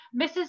Mrs